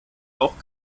auch